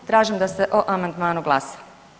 Tražim da se o amandmanu glasa.